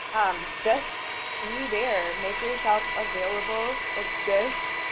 just be there. make yourself available. exist.